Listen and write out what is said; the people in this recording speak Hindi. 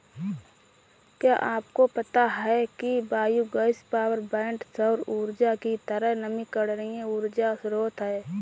क्या आपको पता है कि बायोगैस पावरप्वाइंट सौर ऊर्जा की तरह ही नवीकरणीय ऊर्जा स्रोत है